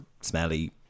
smelly